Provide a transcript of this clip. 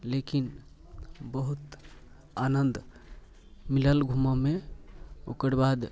लेकिन बहुत आनन्द मिलल घुमऽमे ओकर बाद